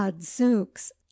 zooks